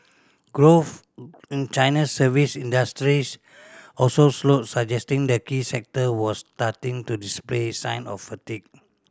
growth in China's service industries also slowed suggesting the key sector was starting to display sign of fatigue